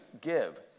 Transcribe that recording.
give